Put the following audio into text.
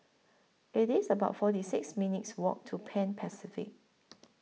IT IS about forty six minutes' Walk to Pan Pacific